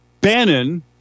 Bannon